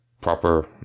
proper